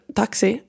taxi